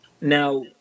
Now